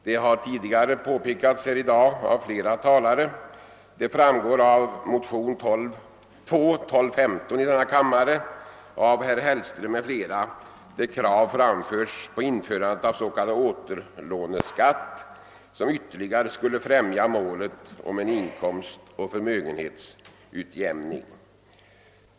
Det har tidigare i dag påpekats av flera talare, och det framgår av motion II:1215 i denna kammare av herr Hellström m.fl., där krav framförs på införande av en s.k. återlåneskatt, som «ytterligare skulle främja målet om en inkomstoch förmögenhetsutjämning.